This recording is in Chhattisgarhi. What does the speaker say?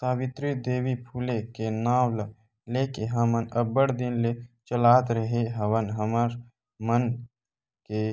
सावित्री देवी फूले के नांव ल लेके हमन अब्बड़ दिन ले चलात रेहे हवन हमर मन के